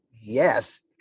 yes